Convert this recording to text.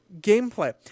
gameplay